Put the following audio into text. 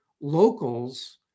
locals